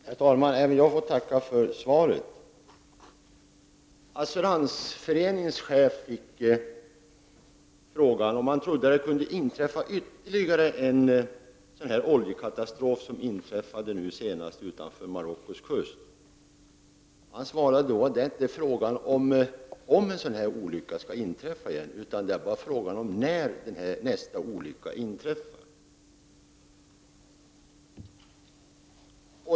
Herr talman! Även jag vill tacka för svaret. Assuransföreningens chef fick frågan om han trodde att det kunde inträffa ytterligare en oljekatastrof liknande den som inträffade utanför Marockos kust. Han svarade då att det inte är fråga om om en sådan här olycka skall inträffa utan när nästa olycka inträffar.